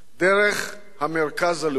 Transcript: דרך המרכז הלאומי.